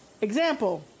Example